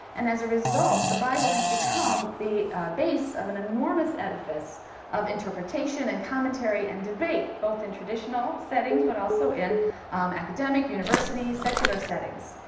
and as a result, the bible has become the base of an enormous edifice of interpretation and commentary and debate, both in traditional settings but also in academic, university, secular settings.